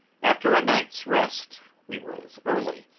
after a night's rest, we rose early,